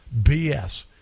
bs